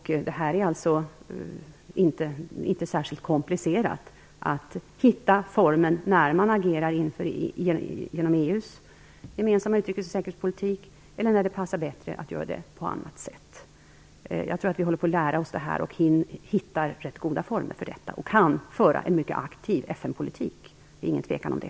Det är alltså inte särskilt komplicerat att finna former för när man skall agera genom EU:s gemensamma utrikes och säkerhetspolitik eller när det passar bättre att göra på annat sätt. Vi håller på att lära oss detta. Vi finner ganska goda former och kan föra en mycket aktiv FN-politik. Det är ingen tvekan om det.